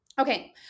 Okay